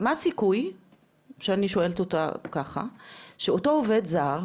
מה הסיכוי שאותו עובד זר,